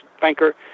banker